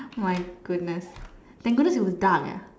my goodness thank goodness it'll be dark ah